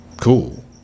cool